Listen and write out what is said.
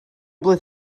blwydd